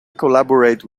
collaborate